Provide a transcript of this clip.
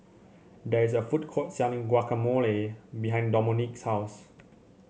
there is a food court selling Guacamole behind Domonique's house